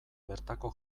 bertako